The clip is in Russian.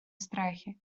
страхе